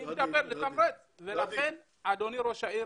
לכן אדוני ראש העיר,